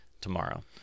tomorrow